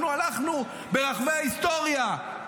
אנחנו הלכנו ברחבי ההיסטוריה,